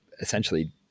essentially